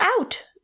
out